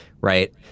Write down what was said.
right